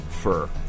Fur